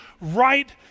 right